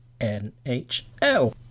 NHL